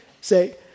Say